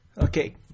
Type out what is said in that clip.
Okay